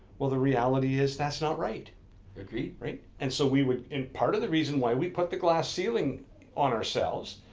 well the reality is that's not right. i agree. right and so we would, and part of the reason why we put the glass ceiling on ourselves,